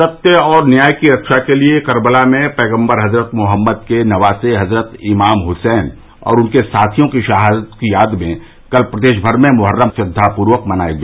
सत्य और न्याय की रक्षा के लिए कर्बला में पैगम्बर हजरत मोहम्मद के नवासे हजरत इमाम हुसैन और उनके साथियों की शहादत की याद में कल प्रदेश भर में मुहर्रम श्रद्वापूर्वक मनाया गया